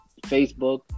Facebook